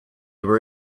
were